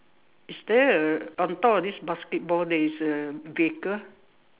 is there a on top of this basketball there is a vehicle